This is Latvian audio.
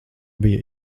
bija